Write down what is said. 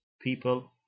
people